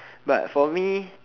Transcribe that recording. but for me